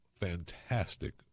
fantastic